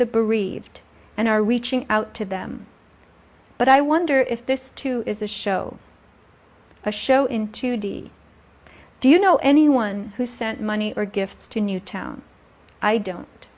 the bereaved and are reaching out to them but i wonder if this too is a show a show in two d do you know anyone who sent money or gifts to newtown i don't